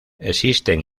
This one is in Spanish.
existen